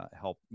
help